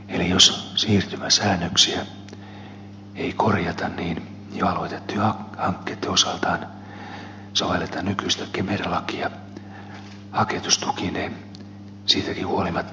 eli jos siirtymissäännöksiä ei korjata jos aloitettujen hankkeitten osalta sovelletaan nykyistä kemera lakia haketustukineen siitäkinua